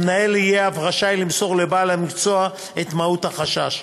המנהל אף יהיה רשאי למסור לבעל המקצוע את מהות החשש,